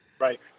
right